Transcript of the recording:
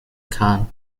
khan